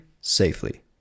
safely